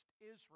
Israel